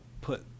put